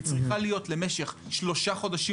היא צריכה להיות למשך שלושה חודשים